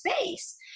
space